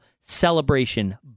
Celebration